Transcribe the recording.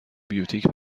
بیوتیک